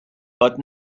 but